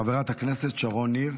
חברת הכנסת שרון ניר,